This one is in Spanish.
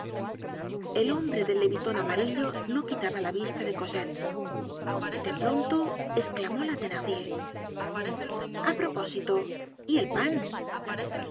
el hombre del leviton amarillo no quitaba la vista de cosette de pronto esclamó la thenardier a propósito y el pan